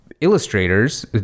illustrators